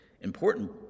important